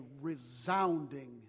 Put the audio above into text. resounding